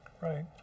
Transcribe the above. Right